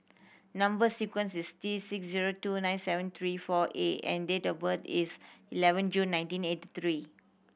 number sequence is T six zero two nine seven three four A and date of birth is eleven June nineteen eighty three